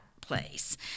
place